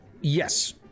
Yes